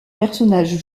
personnage